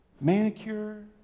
manicure